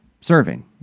serving